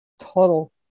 Total